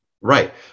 Right